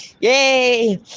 Yay